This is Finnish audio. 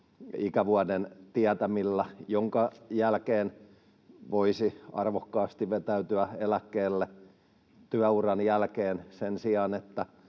ikävuoden tietämillä, jonka jälkeen voisi arvokkaasti vetäytyä eläkkeelle työuran jälkeen sen sijaan, että